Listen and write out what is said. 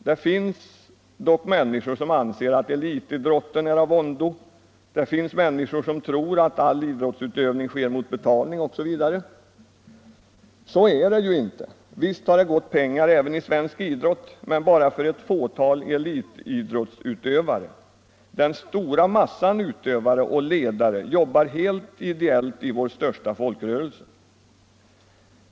Det finns dock människor som anser att elitidrotten är av ondo, det finns människor som tror att all idrottsutövning sker mot betalning osv. Så är det ju inte. Visst har det gått pengar även i svensk idrott, men bara för ett fåtal elitidrottsutövare. Den stora massan utövare och ledare jobbar helt ideellt i vår största folkrörelse.